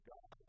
God